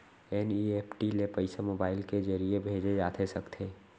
NEFT ले पइसा mobile के ज़रिए भेजे जाथे सकथे?